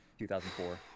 2004